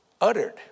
uttered